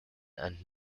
and